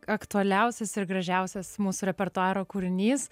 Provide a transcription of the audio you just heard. aktualiausias ir gražiausias mūsų repertuaro kūrinys